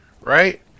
right